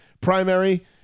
primary